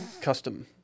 Custom